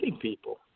people